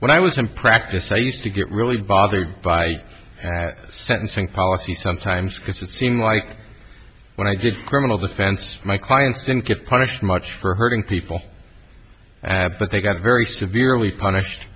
when i was in practice i used to get really bothered by sentencing policy sometimes because it seem like when i get criminal defense my clients don't get punished much for hurting people but they got very severely punished